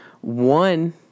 One